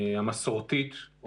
המסורתית,